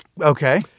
okay